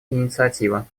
инициатива